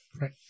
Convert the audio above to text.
right